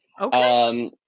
Okay